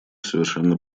совершенно